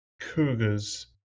cougars